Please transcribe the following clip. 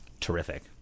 Terrific